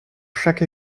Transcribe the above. chaque